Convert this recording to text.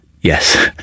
Yes